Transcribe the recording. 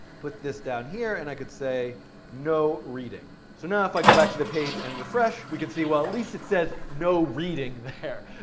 put this down here, and i could say no reading. so now if i go back to the page and refresh, we can see, well, at least it says no reading there.